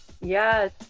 Yes